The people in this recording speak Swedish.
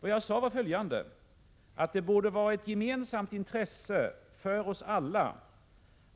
Vad jag sade var att det borde vara ett gemensamt intresse för oss alla